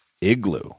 Igloo